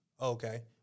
Okay